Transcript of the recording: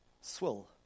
swill